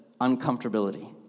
uncomfortability